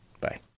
bye